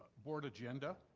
board agenda.